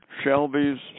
Shelby's